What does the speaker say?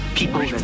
People